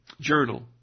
journal